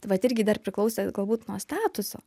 vat irgi dar priklausė galbūt nuo statuso